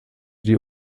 die